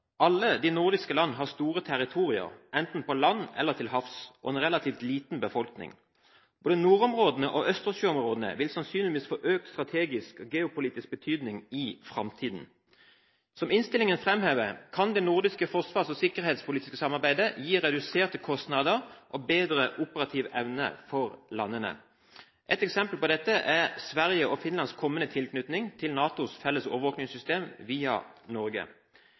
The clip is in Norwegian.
Alle de nordiske land har store territorier – enten på land eller til havs – og en relativt liten befolkning. Både nordområdene og Østersjøområdet vil sannsynligvis få økt strategisk geopolitisk betydning i framtiden. Som innstillingen framhever, kan det nordiske forsvars- og sikkerhetspolitiske samarbeidet gi reduserte kostnader og bedre operativ evne for landene. Et eksempel på dette er Sveriges og Finlands kommende tilknytning til NATOs felles overvåkingssystem via Norge.